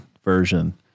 version